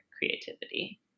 creativity